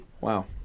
Wow